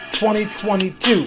2022